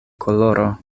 koloro